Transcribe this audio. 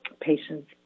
patients